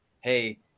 Hey